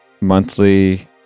Monthly